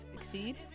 succeed